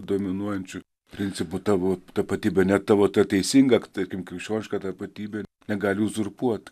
dominuojančiu principu tavo tapatybė net tavo ta teisinga tarkim krikščioniška tapatybė negali uzurpuot